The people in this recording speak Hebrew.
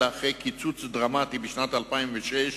אבל אחרי הקיצוץ הדרמטי בשנת 2006,